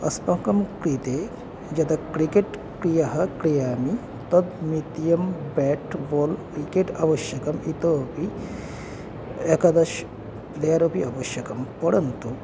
अस्माकं कृते यदा क्रिकेट् क्रीडा क्रीडामि तत् मध्ये बेट् बाल् विकेट् आवश्यकम् इतोऽपि एकादश प्लेयर् अपि आवश्यकं परन्तु